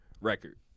record